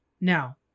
Now